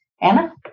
Anna